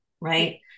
right